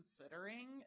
considering